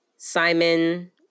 Simon